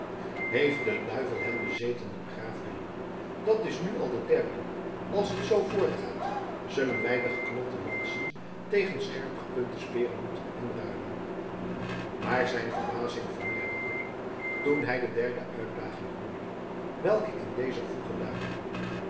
heeft de duivel hen bezeten riep graaf willem dat is nu al de derde als het zoo voortgaat zullen wij de geknotte lansen tegen scherpgepunte speren moeten inruilen maar zijn verbazing vermeerderde toen hij de derde uitdaging hoorde welke in dezer voege luidde